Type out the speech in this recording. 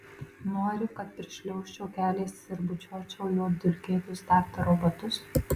nori kad prišliaužčiau keliais ir bučiuočiau jo dulkėtus daktaro batus